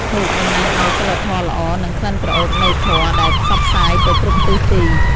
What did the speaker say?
ធូប តំណាងឱ្យ សីលធម៌ល្អ និងក្លិនក្រអូបនៃធម៌ដែលផ្សព្វផ្សាយទៅគ្រប់ទិសទី។